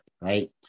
right